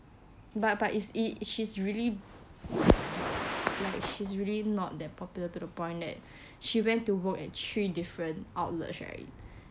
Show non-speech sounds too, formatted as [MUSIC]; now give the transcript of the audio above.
but but it's is she's really [NOISE] like she's really not that popular to the point that [BREATH] she went to work at three different outlets right [BREATH]